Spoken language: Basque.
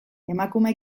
emakume